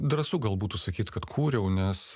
drąsu gal būtų sakyt kad kūriau nes